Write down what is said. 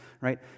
right